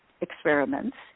experiments